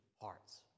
hearts